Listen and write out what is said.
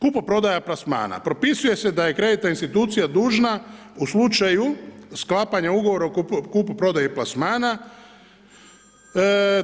Kupoprodaja plasmana, propisuje se da je kreditna institucija dužna u slučaju sklapana ugovora o kupoprodaji plasmana